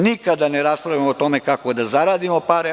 Nikada ne raspravljamo o tome kako da zaradimo pare.